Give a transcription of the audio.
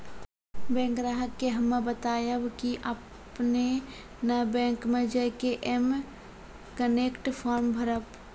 bank ग्राहक के हम्मे बतायब की आपने ने बैंक मे J K M connect form भरबऽ